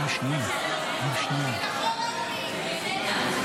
46 בעד, 27 מתנגדים, אין נמנעים.